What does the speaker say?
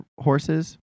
horses